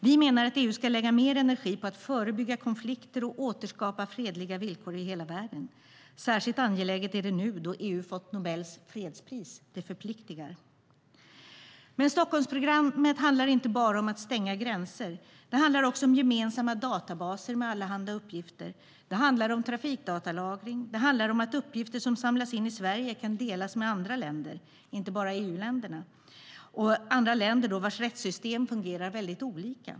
Vi menar att EU ska lägga mer energi på att förebygga konflikter och återskapa fredliga villkor i hela världen. Särskilt angeläget är det nu då EU fått Nobels fredspris - det förpliktigar. Men Stockholmsprogrammet handlar inte bara om att stänga gränser. Det handlar också om gemensamma databaser med allehanda uppgifter. Det handlar om trafikdatalagring. Det handlar om att uppgifter som samlas in i Sverige kan delas med andra länder, inte bara EU-länderna, vars rättssystem fungerar väldigt olika.